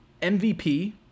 MVP